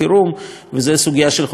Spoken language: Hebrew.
זאת הסוגיה של חומרים מסוכנים.